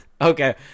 okay